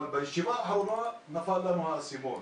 בישיבה האחרונה נפל לנו האסימון.